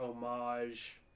homage